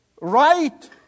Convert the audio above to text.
right